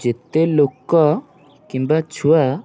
ଯେତେ ଲୋକ କିମ୍ବା ଛୁଆ